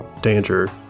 danger